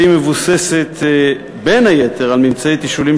והיא מבוססת בין היתר על ממצאי תשאולים